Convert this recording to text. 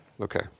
Okay